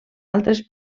altres